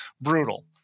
brutal